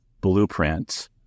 Blueprints